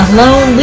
Alone